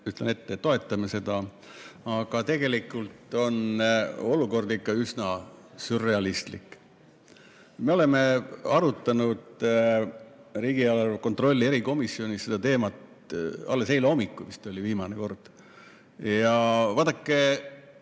ütlen ette, me toetame seda. Aga tegelikult on olukord ikka üsna sürrealistlik.Me oleme arutanud riigieelarve kontrolli erikomisjonis seda teemat, alles eile hommikul vist oli viimane kord. Vaadake,